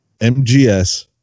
M-G-S